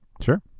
sure